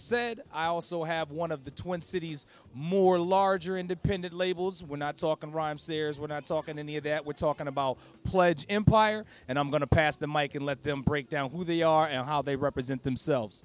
said i also have one of the twin cities more larger independent labels we're not talking rhymesayers we're not talking any of that we're talking about pledge empire and i'm going to pass the mike and let them break down who they are and how they represent themselves